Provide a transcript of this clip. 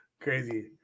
Crazy